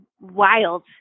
wild